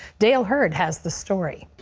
dale hurd has the story.